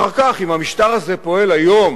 אחר כך, אם המשטר הזה פועל היום